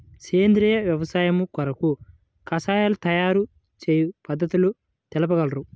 సేంద్రియ వ్యవసాయము కొరకు కషాయాల తయారు చేయు పద్ధతులు తెలుపగలరు?